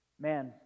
man